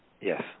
Yes